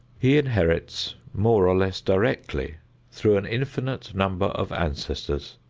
he inherits more or less directly through an infinite number of ancestors,